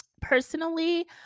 personally